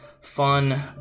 fun